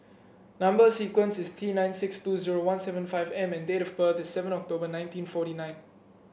number sequence is T nine six two zero one seven five M and date of birth is seven October nineteen forty nine